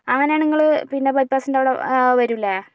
അങ്ങനെ ആണെങ്കിൽ നിങ്ങള് പിന്നെ ബൈപ്പാസിൻ്റെ അവിടെ വരുല്ലേ